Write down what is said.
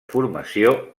formació